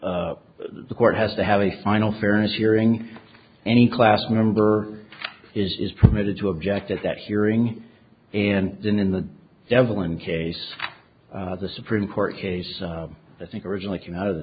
the court has to have a final fairness hearing any class member is permitted to object at that hearing and then in the evelyn case the supreme court case i think originally came out of the